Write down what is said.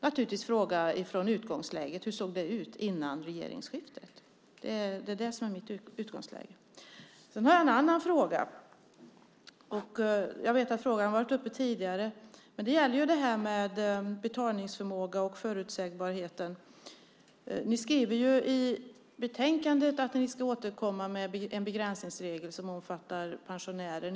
Naturligtvis får vi fråga utifrån utgångsläget och hur det såg ut före regeringsskiftet. Det är mitt utgångsläge. Jag har en annan fråga, som jag vet har varit uppe tidigare. Den gäller betalningsförmågan och förutsägbarheten. Ni skriver i betänkandet att ni ska återkomma med en begränsningsregel som omfattar pensionärer.